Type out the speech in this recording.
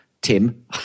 Tim